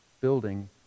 building